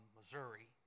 Missouri